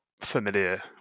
familiar